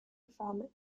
from